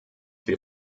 wir